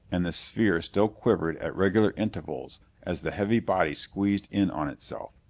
and the sphere still quivered at regular intervals as the heavy body squeezed in on itself.